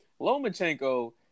Lomachenko